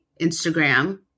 Instagram